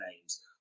names